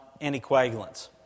anticoagulants